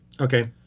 Okay